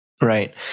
Right